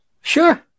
Sure